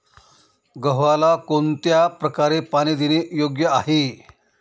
गव्हाला कोणत्या प्रकारे पाणी देणे योग्य आहे?